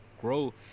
grow